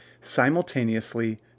simultaneously